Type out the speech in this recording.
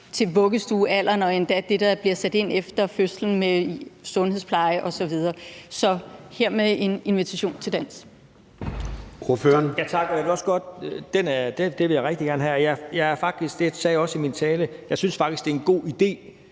til vuggestuealderen og endda der, hvor der bliver sat ind efter fødslen med sundhedspleje osv. Så hermed er der en invitation til dans.